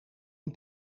een